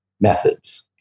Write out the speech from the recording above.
methods